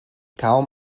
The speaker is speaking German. kaum